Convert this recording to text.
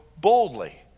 boldly